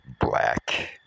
black